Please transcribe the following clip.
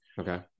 Okay